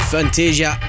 Fantasia